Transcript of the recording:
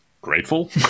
grateful